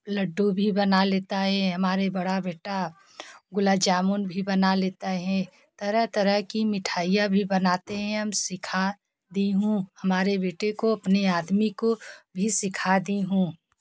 लड्डू भी बना लेता है हमारे बड़ा बेटा गुलाब जामुन भी बना लेता है तरह तरह की मिठाइयाँ भी बनाते हैं हम सिखाती हूँ हमारे बेटे को अपने आदमी को भी सिखाती हूँ